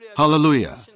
Hallelujah